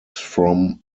from